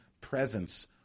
presence